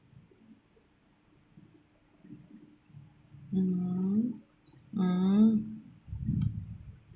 mmhmm mm